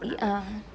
ah